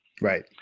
Right